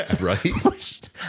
right